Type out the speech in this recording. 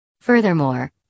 Furthermore